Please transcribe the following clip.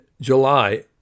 July